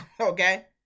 okay